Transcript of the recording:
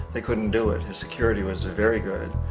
they couldn't do it. his security was very good.